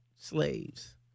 slaves